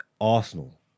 Arsenal